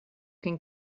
can